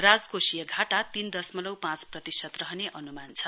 राजकोषीय घाटा तीन दसमलव पाँच प्रतिशत रहने अनुमान छ